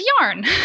yarn